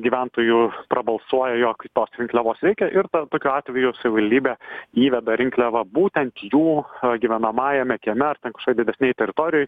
gyventojų prabalsuoja jog tos rinkliavos reikia ir tokiu atveju savivaldybė įveda rinkliavą būtent jų gyvenamajame kieme ar ten kažkokioj didesnėj teritorijoj